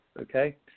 Okay